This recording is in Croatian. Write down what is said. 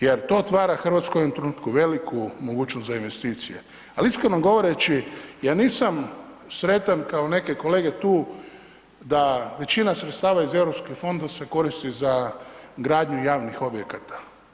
Jer to otvara Hrvatskoj u ovom trenutku veliku mogućnost za investicije, ali iskreno govoreći ja nisam sretan kao neke kolege tu da većina sredstava iz EU fondova se koristi za gradnju javnih objekata.